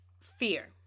fear